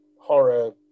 horror